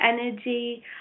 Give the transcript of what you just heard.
energy